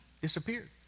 disappeared